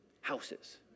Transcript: houses